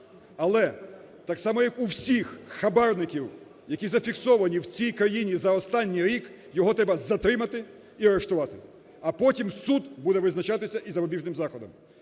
Але так само, як у всіх хабарників, які зафіксовані в цій країні за останній рік, його треба затримати і арештувати. А потім суд буде визначатися із запобіжним заходом.